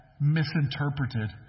misinterpreted